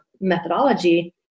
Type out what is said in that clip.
methodology